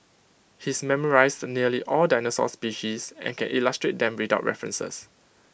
he's memorised nearly all dinosaur species and can illustrate them without references